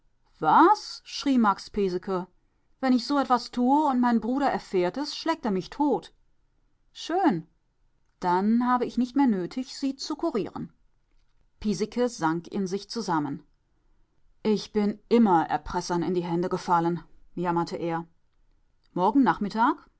was schrie max piesecke wenn ich so etwas tue und mein bruder erfährt es schlägt er mich tot schön dann habe ich nicht mehr nötig sie zu kurieren piesecke sank in sich zusammen ich bin immer erpressern in die hände gefallen jammerte er morgen nachmittag